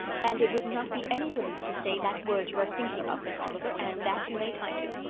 and it would not be any relief to say that word you are thinking of, miss oliver, and that you may tie to.